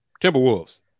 Timberwolves